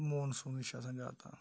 مونسوٗنٕے چھُ آسان زیادٕ تَر